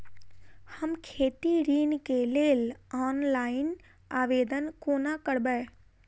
हम खेती ऋण केँ लेल ऑनलाइन आवेदन कोना करबै?